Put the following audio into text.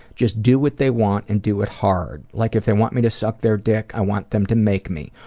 just do what they want and do it hard. like if they want me to suck their dick, i want them to make me.